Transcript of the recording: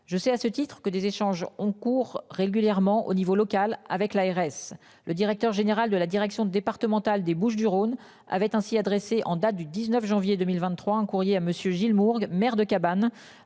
Je sais à ce titre-que des échanges ont cours régulièrement au niveau local avec l'ARS le directeur général de la direction départementale des Bouches-du-Rhône avait ainsi adressé en date du 19 janvier 2023, un courrier à monsieur Gilles Mourgue, maire de cabane,